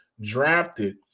drafted